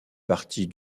partie